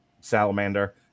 Salamander